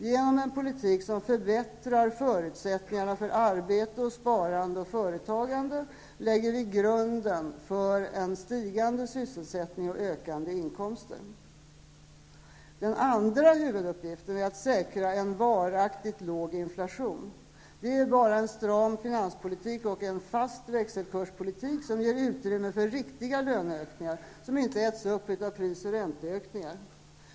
Genom en politik som förbättrar förutsättningarna för arbete, sparande och företagande läggs grunden för stigande sysselsättning och ökande inkomster. Den andra huvuduppgiften är att säkra en varaktigt låg inflation. Det är bara en stram finanspolitik och en fast växelkurspolitik som ger utrymme för riktiga löneökningar som inte äts upp av pris och ränteökningar.